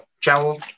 channel